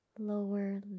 lower